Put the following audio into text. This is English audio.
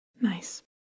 Nice